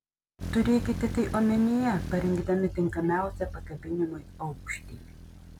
turėkite tai omenyje parinkdami tinkamiausią pakabinimui aukštį